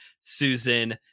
susan